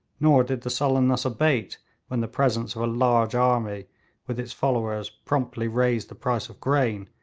nor did the sullenness abate when the presence of a large army with its followers promptly raised the price of grain,